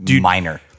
Minor